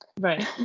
right